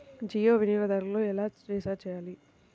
జియో వినియోగదారులు ఎలా రీఛార్జ్ చేయాలి?